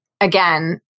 again